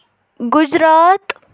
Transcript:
Gujarat